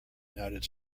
united